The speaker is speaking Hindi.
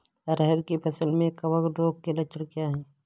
अरहर की फसल में कवक रोग के लक्षण क्या है?